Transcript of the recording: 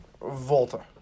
Volta